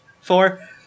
four